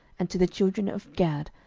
and to the children of gad,